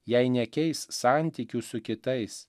jei nekeis santykių su kitais